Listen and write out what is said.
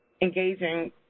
engaging